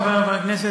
חברי חברי הכנסת,